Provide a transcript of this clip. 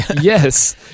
yes